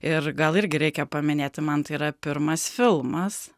ir gal irgi reikia paminėti man tai yra pirmas filmas